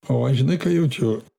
o aš žinai ką jaučiu